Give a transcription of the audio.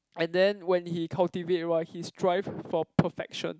and then when he cultivate right he's trying for perfection